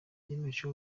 yiyemeje